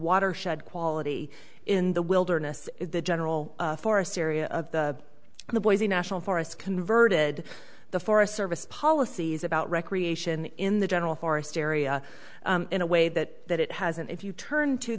watershed quality in the wilderness the general forest area of the in the boise national forests converted the forest service policies about recreation in the general forest area in a way that that it hasn't if you turn to